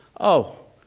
oh,